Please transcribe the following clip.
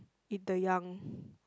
eat the young